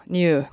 new